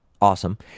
Awesome